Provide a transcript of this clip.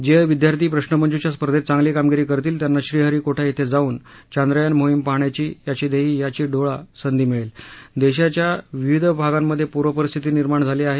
जे विद्यार्थी प्रश्नमंजुषा स्पर्धेत चांगली कामगिरी करतील त्यांना श्रीहरीकोटा येथे जाऊन चांदयान मोहीम पहाण्याची याची देही याची डोळा संधी मिळेल असं त्यांनी सांगितलं देशाच्या विविध भागांमध्ये पूरपरिस्थिती निर्माण झाली आहे